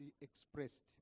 expressed